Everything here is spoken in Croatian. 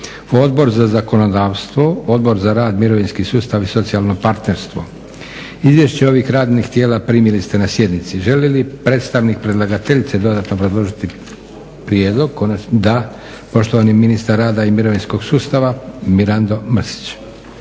Odbor za zakonodavstvo, Odbor za rad, mirovinski sustav i socijalno partnerstvo. Izvješća ovih radnih tijela primili ste na sjednici. Želi li predstavnik predlagateljice dodatno obrazložiti prijedlog? Da. Poštovani ministar rada i mirovinskog sustava Mirando Mrsić.